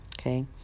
Okay